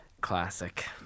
Classic